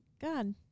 God